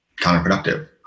counterproductive